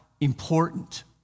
important